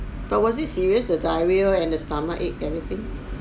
but was it serious the diarrhoea and the stomach ache everything